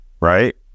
right